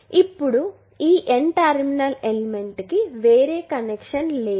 ఇప్పుడు ఈ N terminal element కి వేరే కనెక్షన్ లేదు